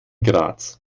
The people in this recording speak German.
graz